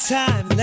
time